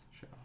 show